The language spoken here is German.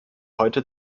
heute